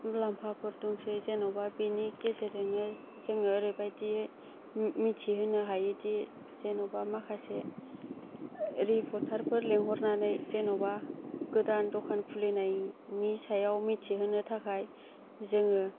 मुलाम्फाफोर दंसै जेन'बा बिनि गेजेरजोंनो जोङो ओरैबादि मि मिथिहोनो हायोदि जेन'बा माखासे रिपर्टारफोर लेंहरनानै जेन'बा गोदान द'खान खुलिनायनि सायाव मिथिहोनो थाखाय जोङो